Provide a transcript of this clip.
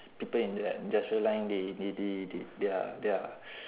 people in the industrial line they they they they their their